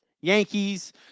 Yankees